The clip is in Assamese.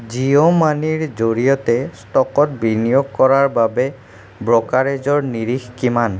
জিঅ' মানিৰ জৰিয়তে ষ্টকত বিনিয়োগ কৰাৰ বাবে ব্ৰ'কাৰেজৰ নিৰিখ কিমান